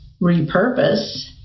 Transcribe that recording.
repurpose